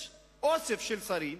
יש אוסף של שרים,